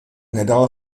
nedal